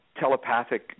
telepathic